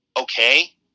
okay